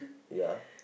ya